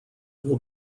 will